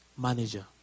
manager